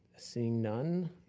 seeing none,